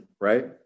right